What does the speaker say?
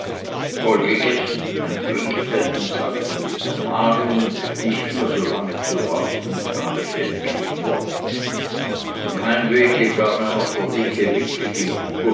vollgegessen ein trinkgeld im sack und mit ermahnungen nicht mehr so lange zu warten kam ich endlich fort auf dem heimwege gab mir noch der dicke